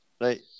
Right